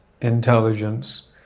intelligence